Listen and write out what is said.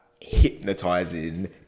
hypnotizing